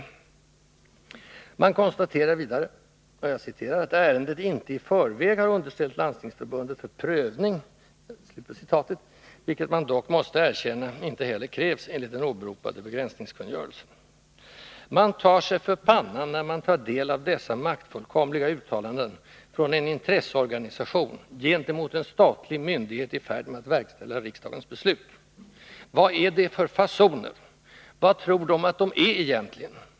Man konstaterar vidare att ärendet har ”inte i förväg underställts landstingsförbundet för prövning” — vilket man dock måste erkänna ej heller krävs enligt den åberopade begränsningskungörelsen. Man tar sig för pannan när man tar del av dessa maktfullkomliga uttalanden från en intresseorganisation gentemot en statlig myndighet i färd med att verkställa riksdagens beslut. Vad är det för fasoner? Vad tror de att de är egentligen?